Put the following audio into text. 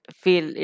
feel